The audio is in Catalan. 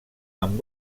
amb